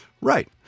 Right